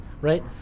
Right